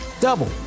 double